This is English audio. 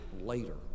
later